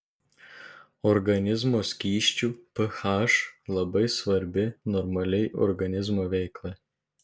organizmo skysčių ph labai svarbi normaliai organizmo veiklai